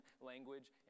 language